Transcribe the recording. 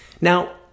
Now